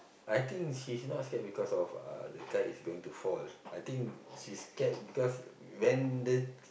I think she's not scared because of uh the kite is going to fall I think she scared because when the k~